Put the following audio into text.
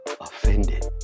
offended